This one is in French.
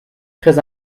très